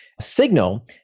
signal